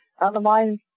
otherwise